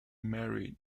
married